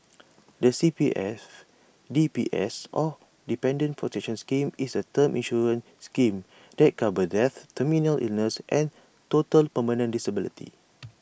the C P F D P S or Dependants' protection scheme is A term insurance scheme that covers death terminal illness and total permanent disability